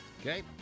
Okay